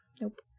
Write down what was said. Nope